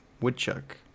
Woodchuck